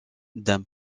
d’un